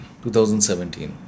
2017